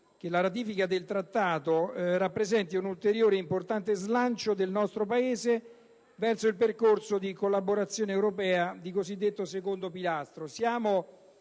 che la ratifica del Trattato rappresenti un ulteriore ed importante slancio del nostro Paese verso il percorso di collaborazione europea, il cosiddetto secondo pilastro.